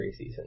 preseason